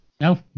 No